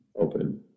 open